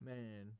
Man